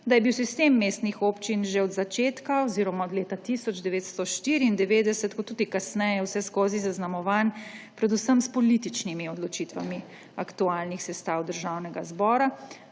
da je bil sistem mestnih občin že od začetka oziroma od leta 1994 ter tudi kasneje vseskozi zaznamovan predvsem s političnimi odločitvami aktualnih sestavov državnega zbora,